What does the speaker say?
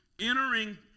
entering